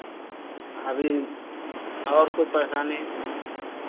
अभी और कुछ परेशानी